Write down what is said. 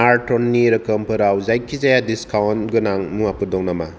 आर्थननि रोखोमफोराव जायखिजाया डिसकाउन्ट गोनां मुवाफोर दं नामा